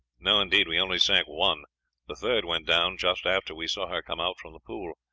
no, indeed, we only sank one the third went down just after we saw her come out from the pool.